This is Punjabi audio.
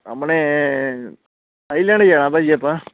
ਆਪਣੇ ਥਾਈਲੈਂਡ ਜਾਣਾ ਭਾਅ ਜੀ ਆਪਾਂ